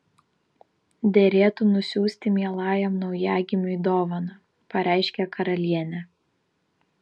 derėtų nusiųsti mielajam naujagimiui dovaną pareiškė karalienė